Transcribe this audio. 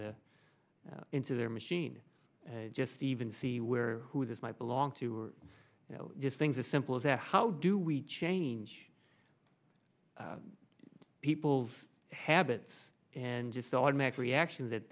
the into their machine just even see where who this might belong to you know just things as simple as that how do we change people's habits and just automatic reaction